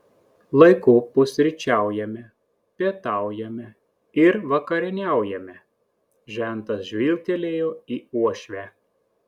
laiku pusryčiaujame pietaujame ir vakarieniaujame žentas žvilgtelėjo į uošvę